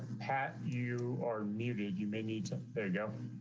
pat, you are muted you may need to go